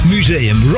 Museum